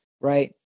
Right